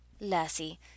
Lassie